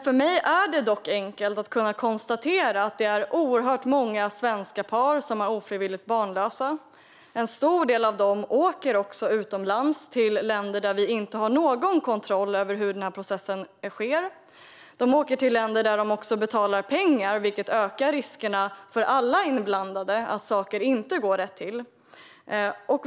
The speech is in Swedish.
För mig är det dock enkelt att konstatera att det är många svenska par som är ofrivilligt barnlösa. Många av dem åker också till länder där vi inte har någon kontroll över hur denna process går till. De åker till länder där de också betalar pengar, vilket ökar risken för alla inblandade att det inte går rätt till.